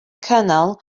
colonel